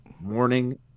morning